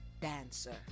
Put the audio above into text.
dancer